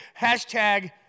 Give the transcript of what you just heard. Hashtag